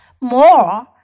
more